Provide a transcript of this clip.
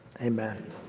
amen